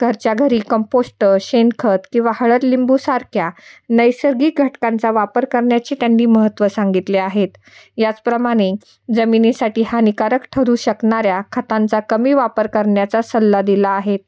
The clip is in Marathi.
घरच्या घरी कंपोष्ट शेणखत किंवा हळद लिंबूसारख्या नैसर्गिक घटकांचा वापर करण्याचे त्यांनी महत्त्व सांगितले आहेत याचप्रमाणे जमिनीसाठी हानिकारक ठरू शकणाऱ्या खतांचा कमी वापर करण्याचा सल्ला दिला आहे